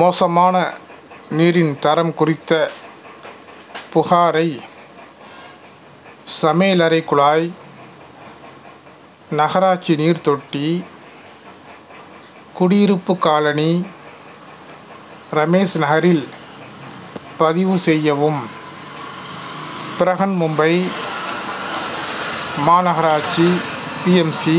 மோசமான நீரின் தரம் குறித்த புகாரை சமையலறை குழாய் நகராட்சி நீர் தொட்டி குடியிருப்பு காலனி ரமேஷ் நகரில் பதிவு செய்யவும் பிரஹன்மும்பை மாநகராட்சி பிஎம்சி